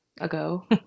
ago